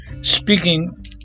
speaking